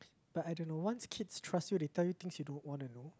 but I don't know once kids trust you they tell you things you don't want to know